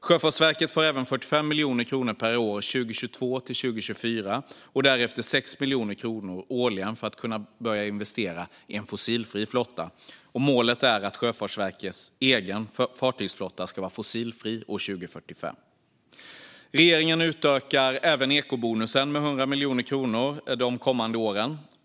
Sjöfartsverket får även 45 miljoner kronor per år 2022-2024 och därefter 6 miljoner kronor årligen för att kunna börja investera i en fossilfri flotta. Målet är att Sjöfartsverkets egen fartygsflotta ska vara fossilfri 2045. Regeringen utökar även ekobonusen med 100 miljoner kronor de kommande åren.